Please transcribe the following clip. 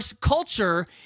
culture